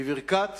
בברכת